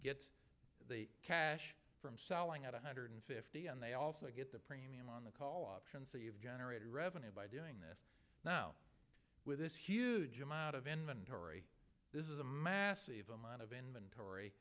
gets the cash from selling at one hundred fifty and they also get the premium on the call option so you've generated revenue by doing this now with this huge amount of inventory this is a massive amount of inventory